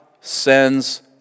sends